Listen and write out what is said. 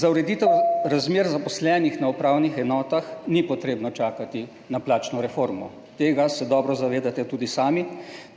Za ureditev razmer zaposlenih na upravnih enotah ni potrebno čakati na plačno reformo, tega se dobro zavedate tudi sami.